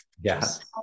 Yes